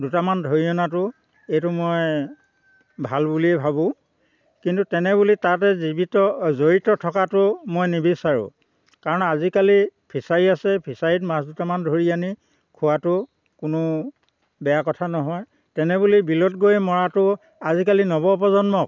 দুটামান ধৰি অনাটো এইটো মই ভাল বুলিয়ে ভাবোঁ কিন্তু তেনে বুলি তাতে জীৱিত জড়িত থকাটো মই নিবিচাৰোঁ কাৰণ আজিকালি ফিছাৰি আছে ফিছাৰিত মাছ দুটামান ধৰি আনি খোৱাটো কোনো বেয়া কথা নহয় তেনে বুলি বিলত গৈ মৰাটো আজিকালি নৱ প্ৰজন্মক